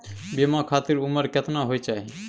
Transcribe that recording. बीमा खातिर उमर केतना होय चाही?